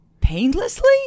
Painlessly